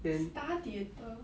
star theatre